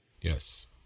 yes